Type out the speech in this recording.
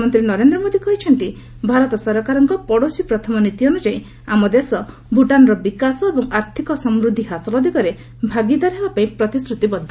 ପ୍ରଧାନମନ୍ତ୍ରୀ ନରେନ୍ଦ୍ର ମୋଦି କହିଛନ୍ତି ଭାରତ ସରକାରଙ୍କ 'ପଡ଼ୋଶୀ ପ୍ରଥମ' ନୀତି ଅନୁଯାୟୀ ଆମ ଦେଶ ଭୁଟାନ୍ର ବିକାଶ ଏବଂ ଆର୍ଥିକ ସମୃଦ୍ଧି ହାସଲ ପଥରେ ଭାଗିଦାର ହେବା ପାଇଁ ପ୍ରତିଶ୍ରୁତିବଦ୍ଧ